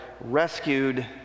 Rescued